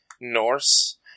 Norse